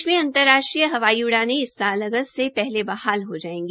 देश में अंतर्राष्ट्रीय हवाई उड़ाने इस साल अगस्त से पहले बहाल हो जायेगी